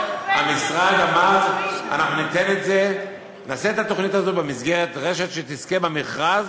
המשרד אמר: אנחנו נעשה את התוכנית הזו במסגרת רשת שתזכה במכרז,